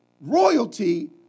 royalty